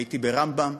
הייתי ברמב"ם,